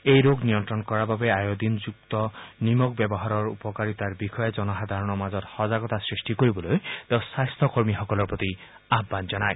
এই ৰোগ নিয়ন্ত্ৰণ কৰাৰ বাবে আয়োডিনযুক্ত নিমখ ব্যৱহাৰৰ উপকাৰিতাৰ বিষয়ে জনাসাধাৰণৰ মাজত সজাগ সৃষ্টি কৰিবলৈ তেওঁ স্বাস্থকৰ্মীসকলৰ প্ৰতি আহ্বান জনায়